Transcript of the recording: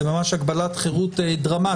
זה ממש הגבלת חירות דרמטית,